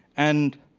and